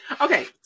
okay